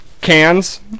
Cans